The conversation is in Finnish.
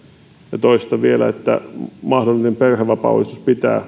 ja toistan vielä että mahdollisen perhevapaauudistuksen pitää olla perheille parannus eikä leikkaus